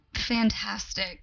fantastic